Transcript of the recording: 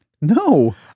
No